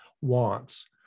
wants